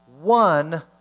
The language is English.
one